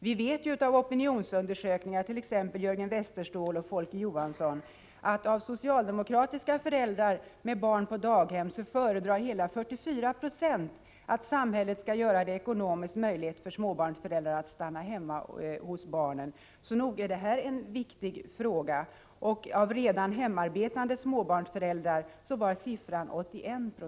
Genom opinionsundersökningar, t.ex. Jörgen Westerståhls och Folke Johanssons, har vi fått reda på att hela 44 90 av de socialdemokratiska föräldrarna med barn på daghem föredrar att samhället skall göra det ekonomiskt möjligt för småbarnsföräldrar att stanna hemma hos barnen. Så nog är detta en viktig fråga. När det gäller redan hemarbetande småbarnsföräldrar var siffran 81 Ho.